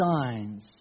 signs